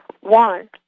one